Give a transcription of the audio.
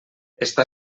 està